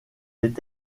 est